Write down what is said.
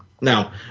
Now